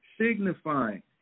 signifying